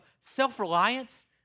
Self-reliance